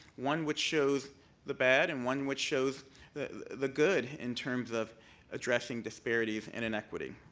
one which shows the bad and one which shows the the good in terms of addressing disparities and inequity.